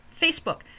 Facebook